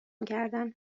میکردند